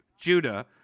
Judah